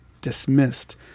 dismissed